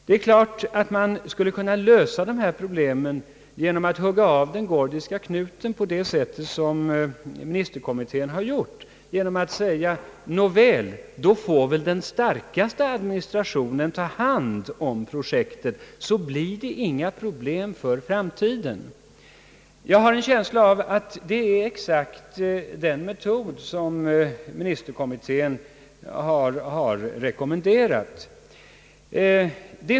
Man skulle givetvis kunna lösa dessa problem genom att hugga av den gordiska knuten såsom ministerkommittén har gjort genom att säga: Nåväl, då får väl den starkaste administrationen ta hand om projektet, så uppstår inga problem för framtiden. Jag har en känsla av att det är exakt den metod som ministerkommittén har rekommenderat.